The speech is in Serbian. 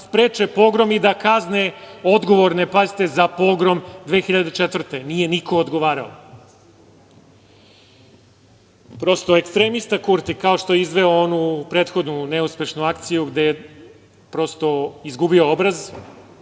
spreče Pogrom i da kazne odgovorne za Pogrom 2004. godine? Nije niko odgovarao. Prosto, ekstremista Kurti, kao što je izveo onu prethodnu neuspešnu akciju gde je, prosto, izgubio obraz,